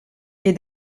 est